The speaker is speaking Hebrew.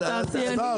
התעשיינים --- סתיו,